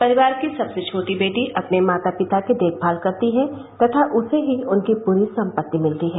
परिवार की सबसे छोटी बेटी अपने माता पिता की देखमाल करती है तथा उसे ही उनकी पूरी सम्पत्ति मिलती है